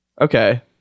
Okay